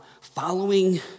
following